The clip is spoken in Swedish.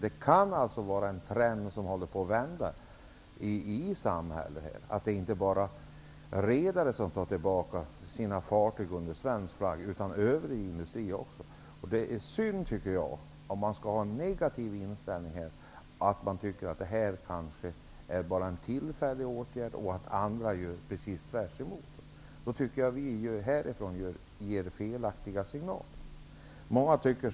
Det kan vara så att en trend i samhället håller på att vända. Det är inte bara redare som tar tillbaka sina fartyg under svensk flagg. Också övrig industri återvänder. Det vore synd att ha en negativ inställning och tycka att utvecklingen kanske bara är tillfällig och att andra gör precis tvärtom. I så fall tycker jag att vi ger felaktiga signaler ifrån riksdagen.